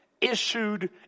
issued